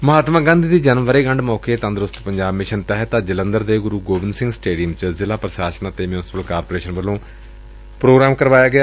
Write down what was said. ਮਹਾਤਮਾ ਗਾਂਧੀ ਦੀ ਜਨਮ ਵਰੇਗੰਢ ਮੌਕੇ ਤੰਦਰੁਸਤ ਪੰਜਾਬ ਮਿਸ਼ਨ ਤਹਿਤ ਅੱਜ ਜਲੰਧਰ ਦੇ ਗੁਰੂ ਗੋਬਿੰਦ ਸਿੰਘ ਸਟੇਡੀਅਮ ਚ ਜ਼ਿਲ੍ਹਾ ਪ੍ਰਸ਼ਾਸਕ ਅਤੇ ਮਿਉਂਸਪਲ ਕਾਰਪੋਰੇਸ਼ਨ ਵੱਲੋਂ ਇਕ ਧੋਗਰਾਮ ਕਰਵਾਇਆ ਗਿਆ